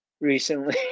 recently